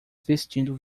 vestindo